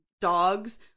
dogs